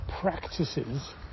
practices